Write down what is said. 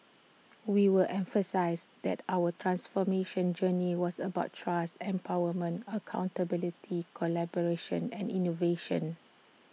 we were emphasised that our transformation journey was about trust empowerment accountability collaboration and innovation